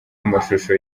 amashusho